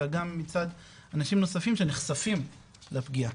אלא גם מצד אנשים נוספים שנחשפים לפגיעה.